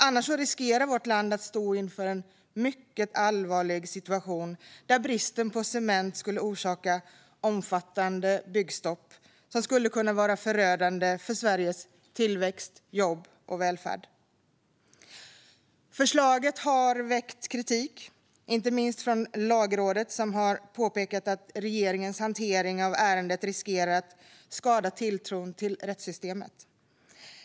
Annars riskerar vårt land att stå inför en mycket allvarlig situation där bristen på cement skulle orsaka omfattande byggstopp som skulle kunna vara förödande för Sveriges tillväxt, jobb och välfärd. Förslaget har väckt kritik, inte minst från Lagrådet som har påpekat att regeringens hantering av ärendet riskerar att skada tilltron till rättssystemet.